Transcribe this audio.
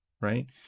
right